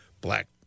black